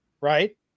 right